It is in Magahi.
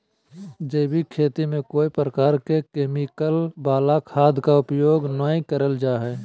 जैविक खेती में कोय प्रकार के केमिकल वला खाद के उपयोग नै करल जा हई